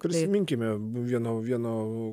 prisiminkime vieno vieno